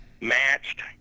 matched